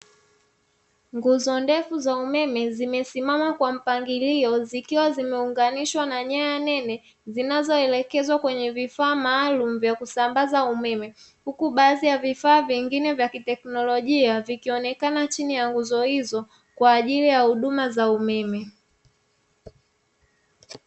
Nguzo ndefu za umeme zimesimama kwa mpangilio zikiwa zimeunganishwa na nyaya nene zinazo elekezwa kwenye vifaa maalumu vya kusambaza umeme, huku baadhi ya vifaa vingine vya teknolojia vikionekana chini ya nguzo hizo kwa ajili ya huduma za umeme.